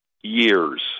years